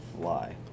fly